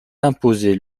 imposer